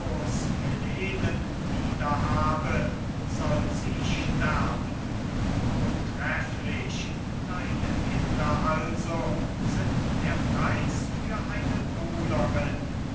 helenen wieder habe soll sie sterben o trefflich deine kinder also sind der preis für eine